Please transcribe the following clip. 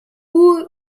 modèle